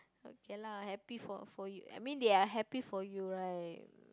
okay lah happy for for you I mean they are happy for you right